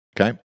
Okay